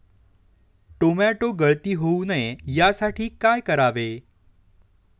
Tomato गळती होऊ नये यासाठी काय करावे?